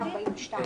(הישיבה נפסקה בשעה 15:11 ונתחדשה בשעה 15:26.)